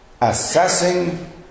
Assessing